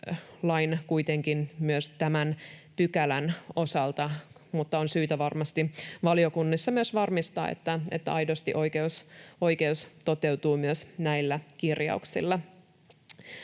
lain kuitenkin myös tämän pykälän osalta, mutta on syytä varmasti valiokunnissa myös varmistaa, että oikeus aidosti toteutuu myös näillä kirjauksilla.